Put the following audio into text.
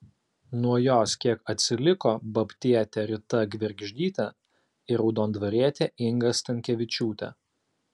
nuo jos kiek atsiliko babtietė rita gvergždytė ir raudondvarietė inga stankevičiūtė